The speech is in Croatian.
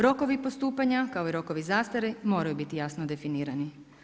Rokovi postupanja kao i rokovi zastare moraju biti jasno definirani.